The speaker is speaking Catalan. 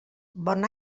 bon